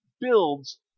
builds